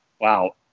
Wow